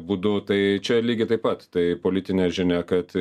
būdu tai čia lygiai taip pat tai politinė žinia kad